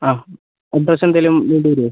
ആ അഡ്രസ്സ് എന്തെങ്കിലും വേണ്ടി വരുമോ